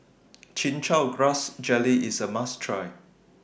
Chin Chow Grass Jelly IS A must Try